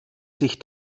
sich